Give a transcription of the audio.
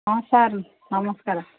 ହଁ ସାର୍ ନମସ୍କାର